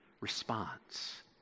response